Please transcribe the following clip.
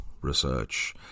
research